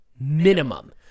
minimum